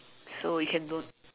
so we can don't